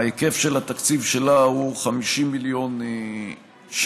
ההיקף של התקציב שלה הוא 50 מיליון שקל.